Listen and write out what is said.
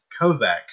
Kovac